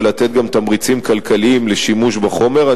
וגם לתת תמריצים כלכליים לשימוש בחומר.